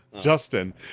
justin